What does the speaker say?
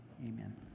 Amen